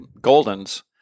golden's